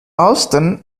austen